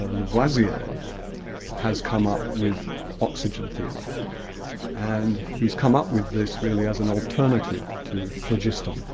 ah lavoisier has come up with oxygen theory and he's come up with this really as an alternative to phlogiston,